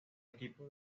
equipo